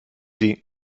sie